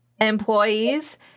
employees